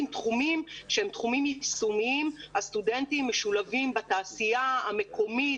בתחומים יישומיים הסטודנטים משולבים בתעשייה המקומית,